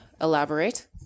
elaborate